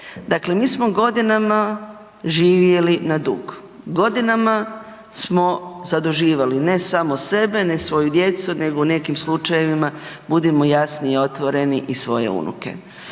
Dakle, mi smo godinama živjeli na dug, godinama smo zaduživali, ne samo sebe, ne svoju djecu, nego u nekim slučajevima, budimo jasni i otvoreni, i svoje unuke.